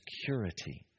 security